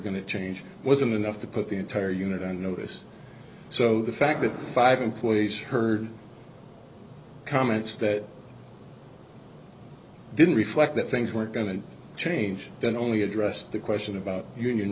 to change wasn't enough to put the entire unit on notice so the fact that five employees heard comments that didn't reflect that things were going to change that only addressed the question about union